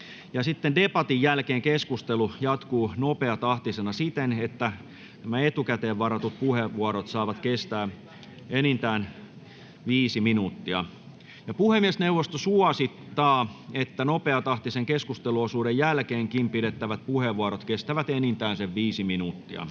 debatin jälkeen keskustelu jatkuu nopeatahtisena siten, että etukäteen varatut puheenvuorot saavat kestää enintään viisi minuuttia. Puhemiesneuvosto suosittaa, että nopeatahtisen keskusteluosuuden jälkeenkin pidettävät puheenvuorot kestävät enintään viisi minuuttia.